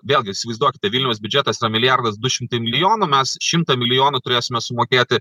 vėlgi įsivaizduokite vilniaus biudžetas yra milijardas du šimtai milijonų mes šimtą milijonų turėsime sumokėti